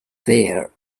there